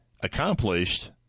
accomplished